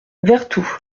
vertou